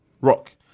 Rock